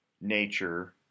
nature